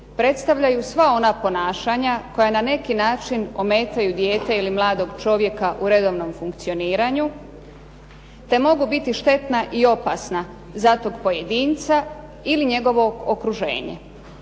predstavljaju sva ona ponašanja koja na neki način ometaju dijete ili mladog čovjeka u redovnom funkcioniranju te mogu biti štetna i opasna za tog pojedinca ili njegovog okruženje.